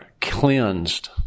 cleansed